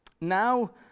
Now